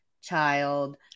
child